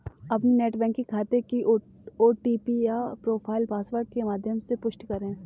अपने net banking खाते के ओ.टी.पी या प्रोफाइल पासवर्ड के माध्यम से पुष्टि करें